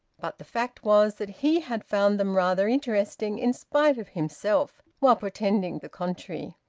but the fact was that he had found them rather interesting, in spite of himself, while pretending the contrary.